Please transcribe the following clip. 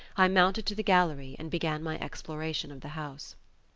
i mounted to the gallery and began my exploration of the house.